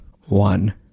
one